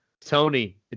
Tony